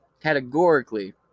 categorically